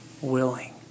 willing